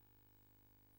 מוזס.